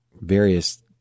various